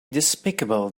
despicable